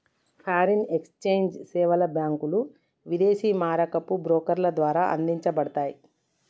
foreign exchange సేవలు బ్యాంకులు, విదేశీ మారకపు బ్రోకర్ల ద్వారా అందించబడతయ్